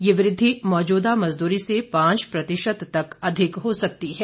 यह वृद्धि मौजूदा मजदूरी से पांच प्रतिशत तक अधिक हो सकती है